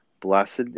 Blessed